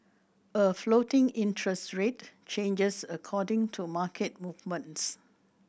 a floating interest rate changes according to market movements